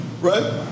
Right